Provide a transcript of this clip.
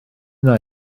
wna